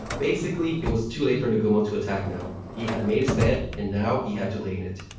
basically, it was too late for nagumo to attack now. he had made his bed and now he had to lay in it.